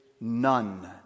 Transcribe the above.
none